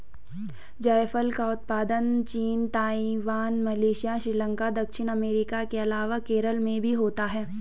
जायफल का उत्पादन चीन, ताइवान, मलेशिया, श्रीलंका, दक्षिण अमेरिका के अलावा केरल में भी होता है